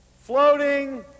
floating